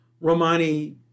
Romani